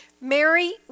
Mary